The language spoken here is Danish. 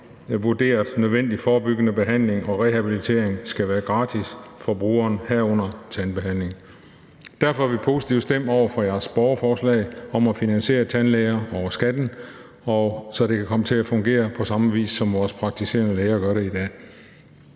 vurderet nødvendig forebyggende behandling og rehabilitering skal være gratis for brugeren, herunder tandbehandling. Derfor er vi positivt stemt over for jeres borgerforslag om at finansiere tandlæger over skatten, så det kan komme til at fungere på samme vis, som vores praktiserende læger gør det i dag.